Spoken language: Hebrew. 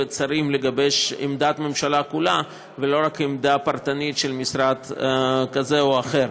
לגבש את עמדת הממשלה כולה ולא רק את העמדה הפרטנית של משרד כזה או אחר.